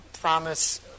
Promise